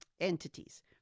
entities